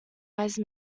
wise